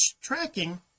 tracking